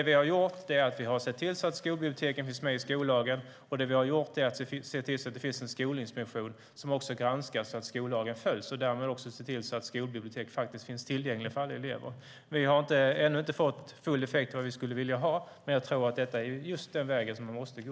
Vi har sett till att skolbiblioteken finns med i skollagen, och vi har sett till att det finns en skolinspektion som granskar att skollagen följs och därmed ser till att skolbibliotek finns tillgängliga för alla elever. Vi har ännu inte fått den effekt vi skulle vilja ha, men jag tror att detta är den väg vi måste gå.